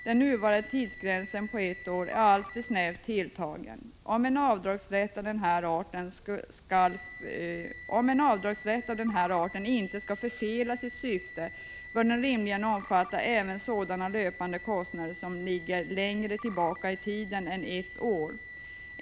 Den nuvarande tidsgränsen på ett år är alltför snävt tilltagen. Om en avdragsrätt av den här arten inte skall förfela sitt syfte, bör den rimligen omfatta även sådana löpande kostnader som ligger längre tillbaka i tiden än ett år.